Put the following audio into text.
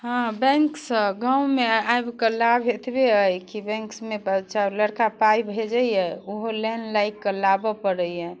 हाँ बैंकसँ गाँवमे आबिकऽ लाभ एतबे अइ कि बैंक्समे बच्चा लड़िका पाइ भेजैये ओहो लाइन लागि कऽ लाबऽ पड़ैए